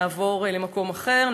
נעבור למקום אחר,